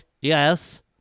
yes